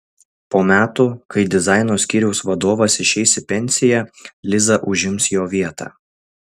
po metų kai dizaino skyriaus vadovas išeis į pensiją liza užims jo vietą